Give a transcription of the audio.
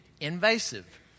invasive